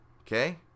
Okay